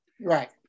Right